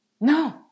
No